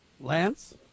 Lance